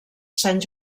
sant